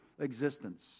existence